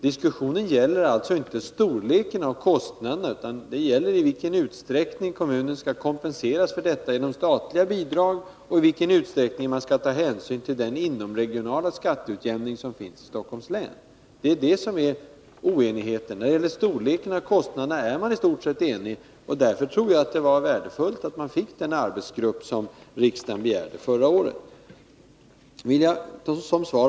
Diskussionen gäller alltså inte storleken av kostnaderna utan i vilken utsträckning kommunen skall kompenseras för dem genom statliga bidrag, och i vilken grad man skall ta hänsyn till den inomregionala skatteutjämning som förekommer i Stockholms län. Storleken av kostnaderna är man i stort sett enig om. Därför tror jag att det var värdefullt att vi fick den arbetsgrupp som riksdagen begärde förra året.